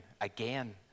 again